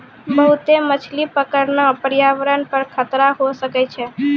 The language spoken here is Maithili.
बहुते मछली पकड़ना प्रयावरण पर खतरा होय सकै छै